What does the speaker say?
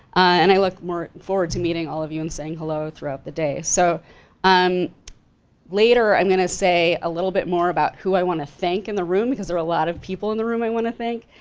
and i look forward to meeting all of you and saying hello throughout the day. so um later, i'm gonna say a little bit more about who i want to thank in the room, because there are a lot of people in the room i want to thank,